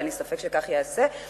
ואין לי ספק שכך ייעשה,